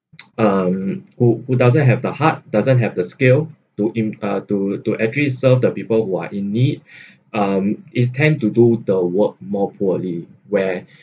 um who who doesn't have the heart doesn't have the scale to im~ uh to to actually serve the people who are in need um is tend to do the work more poorly where